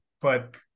but-